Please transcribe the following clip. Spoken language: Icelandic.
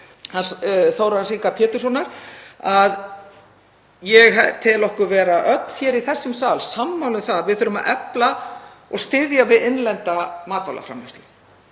Þórarins Inga Péturssonar, ég tel okkur vera öll í þessum sal sammála um að við þurfum að efla og styðja við innlenda matvælaframleiðslu.